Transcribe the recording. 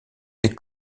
des